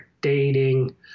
dating